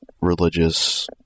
religious